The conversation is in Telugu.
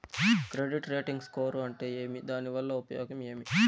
క్రెడిట్ రేటింగ్ స్కోరు అంటే ఏమి దాని వల్ల ఉపయోగం ఏమి?